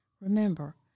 Remember